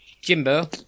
Jimbo